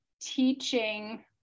teaching